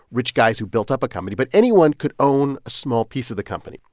rich guys who built up a company but anyone could own a small piece of the company.